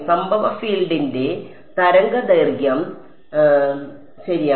സംഭവ ഫീൽഡിന്റെ തരംഗദൈർഘ്യം ശരിയാണ്